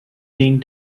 being